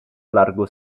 largo